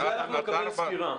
על זה אנחנו נקבל סקירה.